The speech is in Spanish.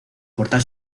portal